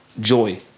joy